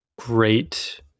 Great